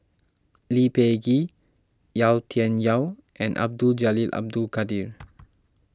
Lee Peh Gee Yau Tian Yau and Abdul Jalil Abdul Kadir